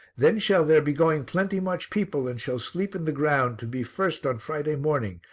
then shall there be going plenty much people and shall sleep in the ground to be first on friday morning,